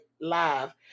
live